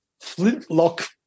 flintlock